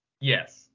Yes